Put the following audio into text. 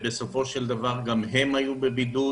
בסופו של דבר גם הם היו בבידוד